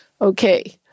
okay